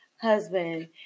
husband